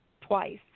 twice